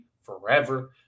forever